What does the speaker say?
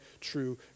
true